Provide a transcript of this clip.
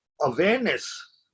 awareness